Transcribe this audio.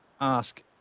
ask